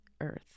earth